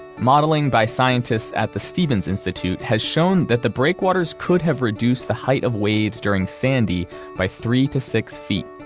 modeling by scientists at the stevens institute has shown that the breakwaters could have reduced the height of waves during sandy by three to six feet,